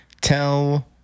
tell